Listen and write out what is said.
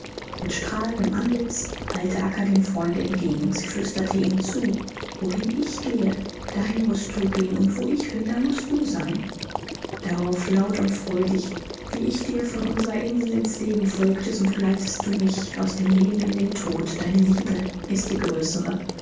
mit strahlendem antlitz eilte acca dem freunde entgegen sie flüsterte ihm zu wohin ich gehe dahin mußt du gehen und wo ich bin da mußt du sein darauf laut und freudig wie ich dir von unserer insel ins leben folgte so begleitest du mich aus dem leben in den tod deine liebe ist die größere